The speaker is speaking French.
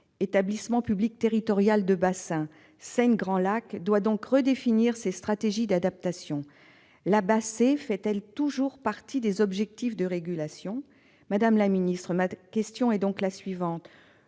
L'établissement public territorial de bassin Seine Grands Lacs doit donc redéfinir ses stratégies d'adaptation. La Bassée fait-elle toujours partie des objectifs de régulation ? Madame la ministre, ma question est donc la suivante